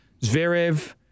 Zverev